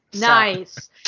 nice